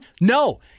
No